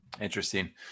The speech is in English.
Interesting